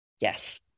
Yes